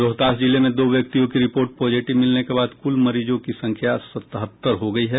रोहतास जिले में दो व्यक्तियों की रिपोर्ट पॉजिटिव मिलने के बाद कुल मरीजों की संख्या सतहत्तर हो गयी है